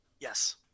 Yes